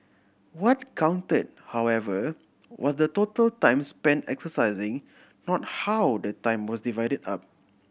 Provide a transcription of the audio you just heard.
what count however was the total time spent exercising not how the time was divided up